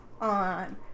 on